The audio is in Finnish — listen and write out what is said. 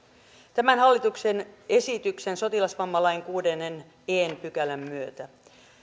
tämän hallituksen esityksen sotilasvammalain kuudennen e pykälän myötä